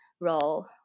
role